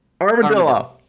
Armadillo